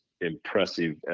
impressive